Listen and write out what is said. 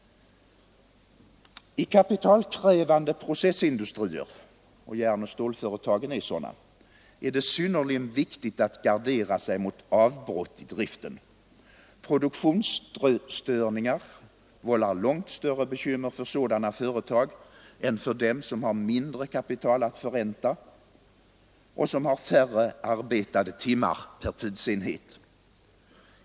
I kapitalkrävande processindustrier — järnoch stålföretagen är sådana — är det synnerligen viktigt att gardera sig mot avbrott i driften. Produktionsstörningar vållar långt större bekymmer för sådana företag än för dem som har mindre kapital att förränta och som har färre arbetade timmar per tidsenhet.